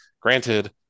granted